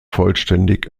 vollständig